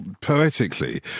poetically